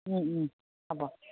হ'ব